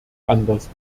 anders